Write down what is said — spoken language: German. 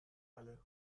alle